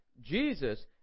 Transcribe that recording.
Jesus